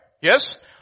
Yes